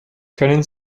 können